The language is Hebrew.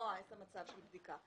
למנוע את המצב של בדיקה.